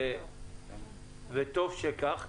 וטוב שכך.